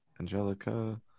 Angelica